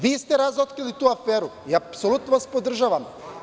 Vi ste razotkrili tu aferu, i apsolutno vas podržavam.